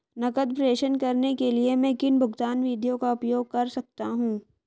नकद प्रेषण करने के लिए मैं किन भुगतान विधियों का उपयोग कर सकता हूँ?